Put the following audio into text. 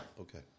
Okay